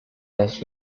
las